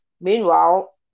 Meanwhile